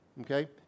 okay